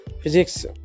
physics